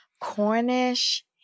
Cornish